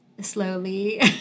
slowly